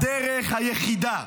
הדרך היחידה,